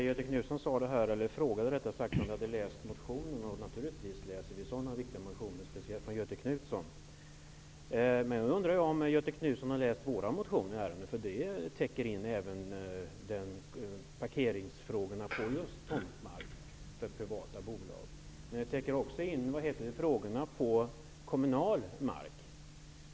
Herr talman! Göthe Knutson frågade om vi hade läst hans motion. Naturligtvis läser vi sådana viktiga motioner, speciellt om de väckts av Göthe Jag undrar dock om Göthe Knutson har läst vår motion. Den täcker även parkering på just tomtmark som kontrolleras av privata bolag. Motionen täcker också in parkering på kommunal mark.